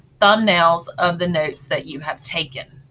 thumbnails of the notes that you have taken.